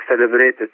celebrated